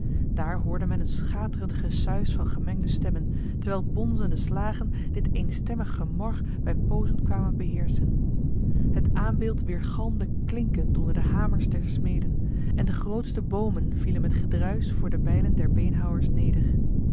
daar hoorde men een schaterend gesuis van gemengde stemmen terwijl bonzende slagen dit eenstemmig gemor bij pozen kwamen beheersen het aambeeld weergalmde klinkend onder de hamers der smeden en de grootste bomen vielen met gedruis voor de bijlen der beenhouwers neder